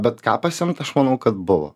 bet ką pasiimt aš manau kad buvo